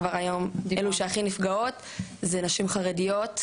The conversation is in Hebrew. כבר היום אלו שהכי נפגעות זה נשים חרדיות.